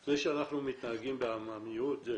זה שאנחנו מתנהגים בעממיות זה